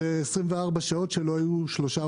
זה 24 שעות שלא היו שלושה,